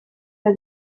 eta